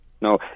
No